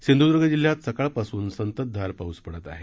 सिंधूदूर्ग जिल्ह्यात साकळपासून संततधार पाऊस पडात आहे